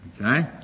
Okay